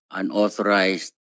unauthorized